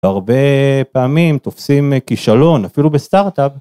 הרבה פעמים תופסים כישלון אפילו בסטארטאפ.